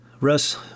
Russ